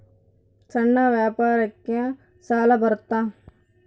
ಸಣ್ಣ ವ್ಯಾಪಾರಕ್ಕ ಸಾಲ ಬರುತ್ತಾ?